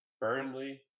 Burnley